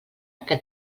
que